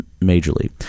majorly